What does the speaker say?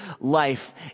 life